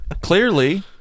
Clearly